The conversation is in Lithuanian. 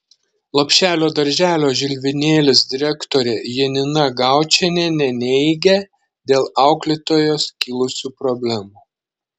lopšelio darželio žilvinėlis direktorė janina gaučienė neneigia dėl auklėtojos kilusių problemų